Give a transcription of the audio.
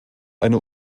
eine